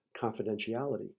confidentiality